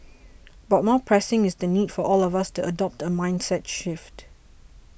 but more pressing is the need for all of us to adopt a mindset shift